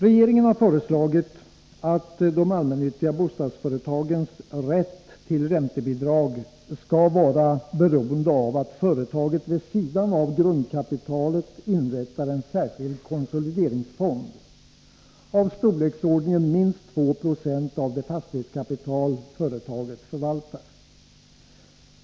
Regeringen har föreslagit att de allmännyttiga bostadsföretagens rätt till räntebidrag skall vara beroende av att företaget vid sidan av grundkapitalet inrättar en särskild konsolideringsfond av storleksordningen minst 2 90 av det fastighetskapital företaget förvaltar.